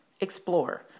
Explore